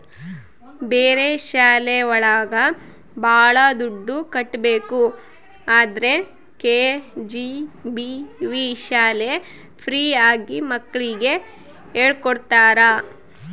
ಬೇರೆ ಶಾಲೆ ಒಳಗ ಭಾಳ ದುಡ್ಡು ಕಟ್ಬೇಕು ಆದ್ರೆ ಕೆ.ಜಿ.ಬಿ.ವಿ ಶಾಲೆ ಫ್ರೀ ಆಗಿ ಮಕ್ಳಿಗೆ ಹೇಳ್ಕೊಡ್ತರ